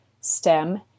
STEM